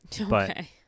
Okay